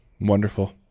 Wonderful